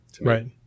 Right